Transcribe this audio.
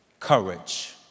Courage